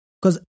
Cause